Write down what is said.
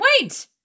Wait